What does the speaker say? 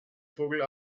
vogel